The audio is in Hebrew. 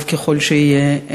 טוב ככל שיהיה,